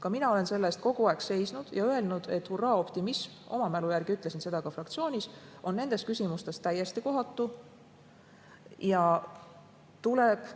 Ka mina olen selle eest kogu aeg seisnud ja öelnud, et hurraa‑optimism – oma mälu järgi ütlesin seda ka fraktsioonis – on nendes küsimustes täiesti kohatu. Kogu süsteemi tuleb